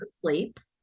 sleeps